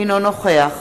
אינו נוכח